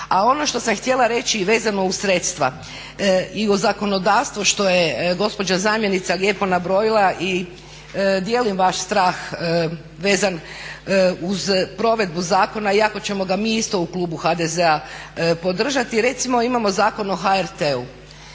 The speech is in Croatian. A ono što sam htjela reći vezano uz sredstva i u zakonodavstvo što je gospođa zamjenica lijepo nabrojila i dijelim vaš strah vezan uz provedbu zakona, iako ćemo ga mi isto u klubu HDZ podržati. Recimo imamo Zakon o HRT-u.